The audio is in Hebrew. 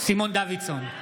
סימון דוידסון,